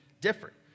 different